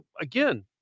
again